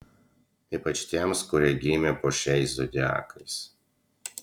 ypač tiems kurie gimė po šiais zodiakais